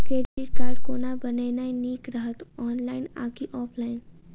Credit card कोना बनेनाय नीक रहत? ऑनलाइन आ की ऑफलाइन?